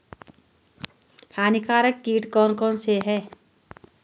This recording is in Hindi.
हानिकारक कीट कौन कौन से हैं?